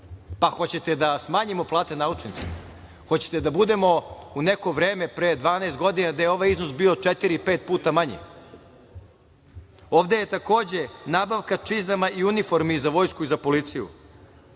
Hoćete li da smanjimo plate naučnicima? Hoćete li da budemo u neko vreme pre 12 godina gde je ovaj iznos bio četiri, pet puta manji? Ovde je takođe nabavka čizama i uniformi za vojsku i za policiju.